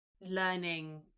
learning